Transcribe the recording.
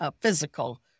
physical